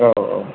औ औ